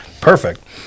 Perfect